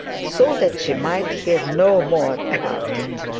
so that she might hear no more about it.